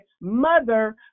mother